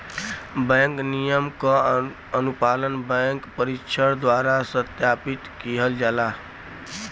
bank नियम क अनुपालन बैंक परीक्षक द्वारा सत्यापित किहल जाला